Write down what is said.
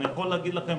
אני יכול להגיד לכם,